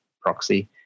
proxy